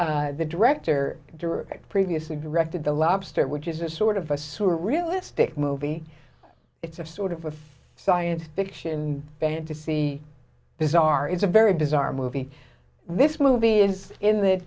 of the director direct previously directed the lobster which is a sort of a sewer realistic movie it's of sort of a science fiction band to see bizarre it's a very bizarre movie this movie is in the